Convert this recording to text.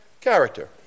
Character